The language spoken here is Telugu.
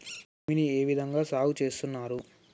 భూమిని ఏ విధంగా సాగు చేస్తున్నారు?